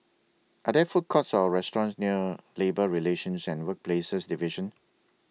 Are There Food Courts Or restaurants near Labour Relations and Workplaces Division